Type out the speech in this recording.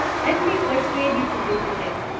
let me persuade you to go to bed.